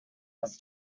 was